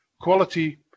quality